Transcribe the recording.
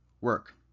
work